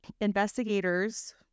investigators